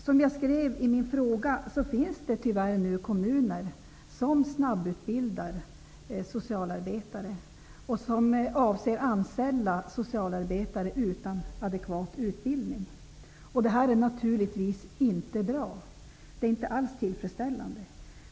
Som jag skrev i min fråga finns det nu tyvärr kommuner som snabbutbildar socialarbetare och som avser att anställa socialarbetare utan adekvat utbildning. Det är naturligtvis inte alls tillfredsställande.